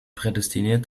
prädestiniert